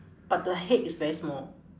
but the head is very small